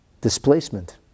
displacement